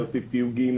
להוסיף תיוגים,